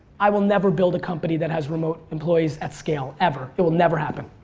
i will never build a company that has remote employees at scale ever. it will never happen.